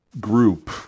group